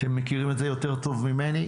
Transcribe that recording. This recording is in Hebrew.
אתם מכירים את זה יותר טוב ממני.